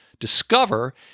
Discover